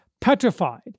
petrified